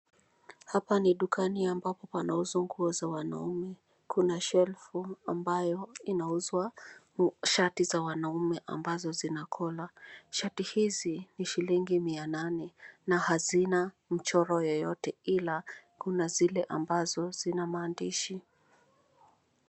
Hapa ni dukani ambapo pana uzwa nguo za wanaume. Kuna shelfu ambayo inauzwa shati za wanaume ambazo zina cholar . Shati hizi ni shilingi mia nane na hazina mchoro yoyote ila kuna zile ambazo zina maandishi.